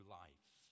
life